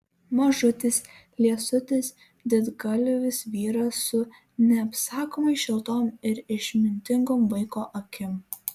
mažutis liesutis didgalvis vyras su neapsakomai šiltom ir išmintingom vaiko akim